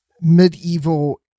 medieval